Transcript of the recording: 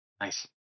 Nice